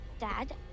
dad